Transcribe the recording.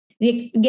get